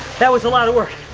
that was a lot of work.